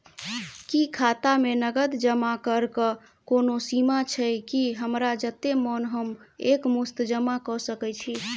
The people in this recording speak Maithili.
की खाता मे नगद जमा करऽ कऽ कोनो सीमा छई, की हमरा जत्ते मन हम एक मुस्त जमा कऽ सकय छी?